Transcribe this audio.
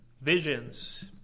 visions